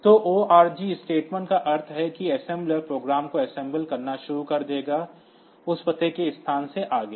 तो ORG statement का अर्थ है कि assembler प्रोग्राम को असेंबल करना शुरू कर देगा उस पते के स्थान से आगे